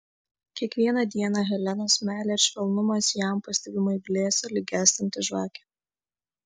kiekvieną dieną helenos meilė ir švelnumas jam pastebimai blėso lyg gęstanti žvakė